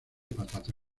patata